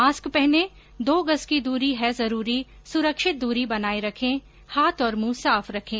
mask पहनें दो गज़ की दूरी है जरूरी सुरक्षित दूरी बनाए रखें हाथ और मुंह साफ रखें